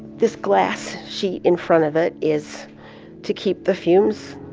this glass sheet in front of it, is to keep the fumes